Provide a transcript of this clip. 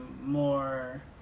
more